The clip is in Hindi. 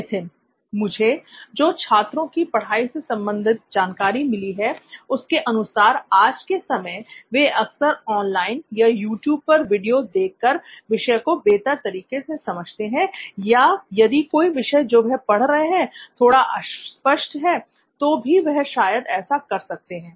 नित्थिन मुझे जो छात्रों की पढ़ाई से संबंधित जानकारी मिली है उसके अनुसार आज के समय में वे अक्सर ऑनलाइन या यूट्यूब पर वीडियो देख कर विषय को बेहतर तरीके से समझते हैं या यदि कोई विषय जो वह पढ़ रहे हैं थोड़ा अस्पष्ट है तो भी वह शायद ऐसा कर सकते हैं